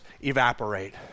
evaporate